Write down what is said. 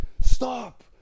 stop